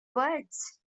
words